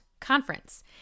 conference